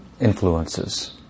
influences